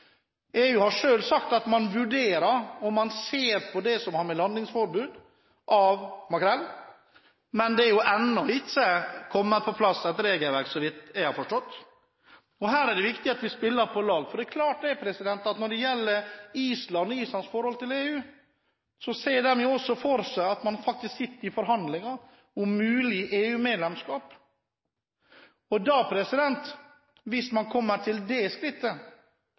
EU har selv sagt at man vurderer, og man ser på, landingsforbud av makrell. Men det er så vidt jeg har forstått, ennå ikke kommet på plass et regelverk. Her er det viktig at vi spiller på lag, for det er klart at når det gjelder Island og Islands forhold til EU, så sitter de faktisk i forhandlinger om mulig EU-medlemskap. Hvis man